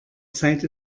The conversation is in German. zeit